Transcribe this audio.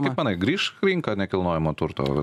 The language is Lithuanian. kaip manai grįš rinka nekilnojamo turto